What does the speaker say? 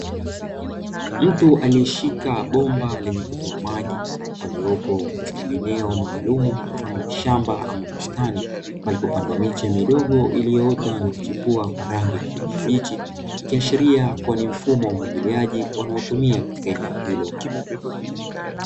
Mtu aliyeshika bomba lenye kutoa maji, aliyepo katika eneo maalumu mfano wa shamba ama bustani palipopandwa miche midogo iliyoota na kuchipua kwa rangi ya kijani kibichi, ikiashiria kuwa ni mfumo wa umwagiliaji wanaotumia katika eneo hilo.